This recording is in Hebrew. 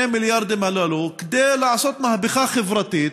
מיליארדים הללו כדי לעשות מהפכה חברתית?